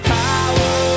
power